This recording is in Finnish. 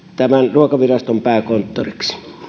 ruokaviraston pääkonttorille